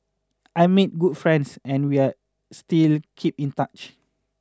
I made good friends and we are still keep in touch